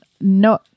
no